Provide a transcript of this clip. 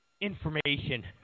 Information